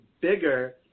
bigger –